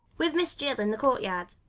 with miss jill, in the courtyard.